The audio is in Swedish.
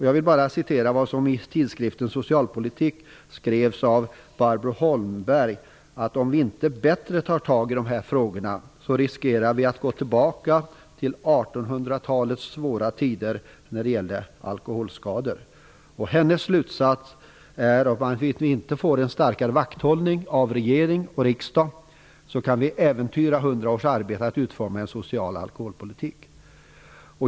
Jag vill återge vad som i tidskriften Socialpolitik skrevs av Barbro Holmberg: Om vi inte bättre tar tag i de här frågorna riskerar vi att gå tillbaka till 1800 talets svåra tider när det gällde alkoholskador. Hennes slutsats är: Om vi inte får en starkare vakthållning av regering och riksdag så kan vi äventyra 100 års arbete att utforma en social alkoholpolitik.